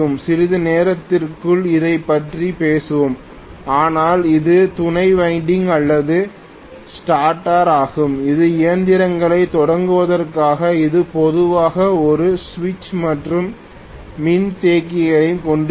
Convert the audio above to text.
சிறிது நேரத்திற்குள் இதைப் பற்றி பேசுவோம் ஆனால் இது துணை வைண்டிங் அல்லது ஸ்டார்டர் ஆகும் இது இயந்திரத்தைத் தொடங்குவதற்கானது இது பொதுவாக ஒரு சுவிட்ச் மற்றும் மின்தேக்கியையும் கொண்டிருக்கும்